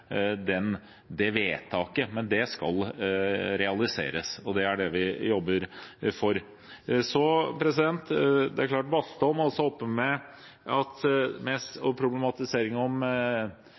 det vedtaket. Men det skal realiseres, og det er det vi jobber for. Representanten Bastholm tok også opp og problematiserte det med CO 2 -fond og